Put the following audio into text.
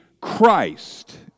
Christ